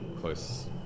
close